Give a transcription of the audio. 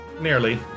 nearly